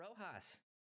Rojas